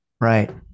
Right